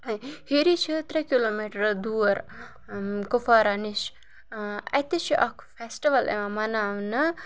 ہِری چھِ ترٛےٚ کِلوٗمیٖٹَر دوٗر کُپوارہ نِش اَتہِ تہِ چھِ اَکھ فیسٹٕوَل یِوان مَناونہٕ